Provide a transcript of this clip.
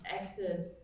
acted